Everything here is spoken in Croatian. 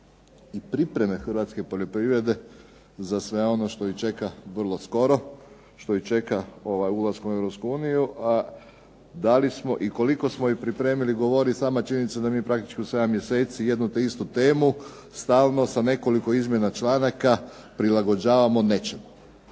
i pripreme Hrvatske poljoprivrede za sve ono što ih čeka vrlo skoro, što ih čeka ulaskom u Europsku uniju, a da li smo i koliko smo ih pripremili govori činjenica da mi praktički u 7 mjeseci jednu te istu temu, stalno sa nekoliko izmjena članaka prilagođavamo nečemu.